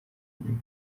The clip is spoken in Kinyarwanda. nyuma